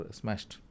smashed